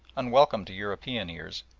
unwelcome to european ears,